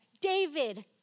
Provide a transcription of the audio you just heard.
David